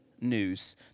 news